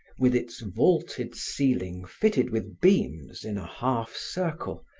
with its vaulted ceiling fitted with beams in a half circle,